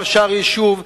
הרב שאר-ישוב,